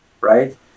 right